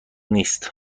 نیست